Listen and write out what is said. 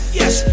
yes